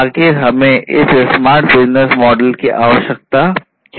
आखिर हमें इस स्मार्ट बिजनेस मॉडल की आवश्यकता क्यों है